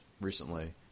recently